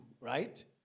right